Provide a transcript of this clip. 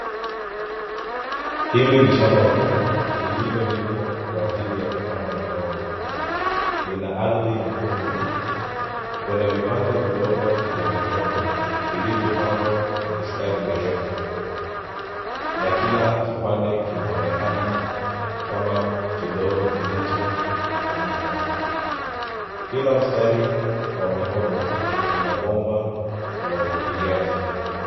Hili ni shamba kubwa lililolimwa kwa ajili ya kupanda mihogo. Lina ardhi nyekundu, kuna vipande vidogo vya mihogo vilivyopangwa kwa mistari mirefu na kila kipande kinaonekana kama kidogo kilichoamka. Kila mstari wa mihogo una bomba la umwagiliaji.